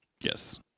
Yes